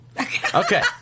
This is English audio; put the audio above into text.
Okay